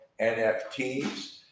NFTs